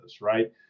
right